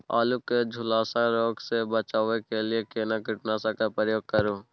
आलू के झुलसा रोग से बचाबै के लिए केना कीटनासक के प्रयोग करू